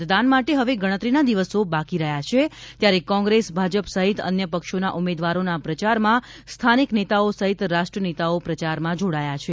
મતદાન માટે હવે ગણતરીના દિવસો બાકી રહ્યાં છે ત્યારે કોંગ્રેસ ભાજપ સહિત અન્ય પક્ષોના ઉમેદવારોના પ્રચારમાં સ્થાનિક નેતાઓ સહિત રાષ્ટ્રીય નેતાઓ પ્રચારમાં જોડાયા છે